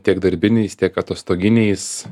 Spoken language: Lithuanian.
tiek darbiniais tiek atostoginiais